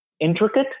intricate